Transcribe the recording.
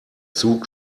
zug